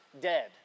dead